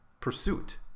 pursuit